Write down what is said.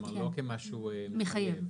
לא כמשהו מחייב.